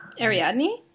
Ariadne